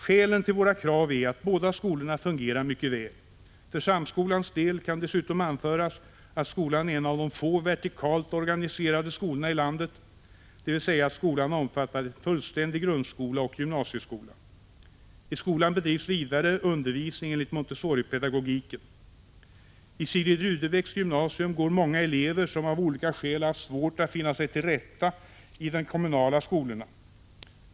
Skälen till våra krav är att båda skolorna fungerar mycket väl. För Samskolans del kan dessutom anföras att skolan är en av de få vertikalt organiserade skolorna i landet, dvs. att skolan omfattar en fullständig grundskola och gymnasieskola. I skolan bedrivs vidare undervisning enligt Montessoripedagogiken. I Sigrid Rudebecks Gymnasium går många elever som av olika skäl har haft svårt att finna sig till rätta i de kommunala skolorna.